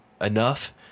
enough